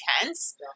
intense